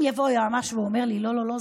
אם יבוא יועמ"ש ויאמר לי: לא לא לא,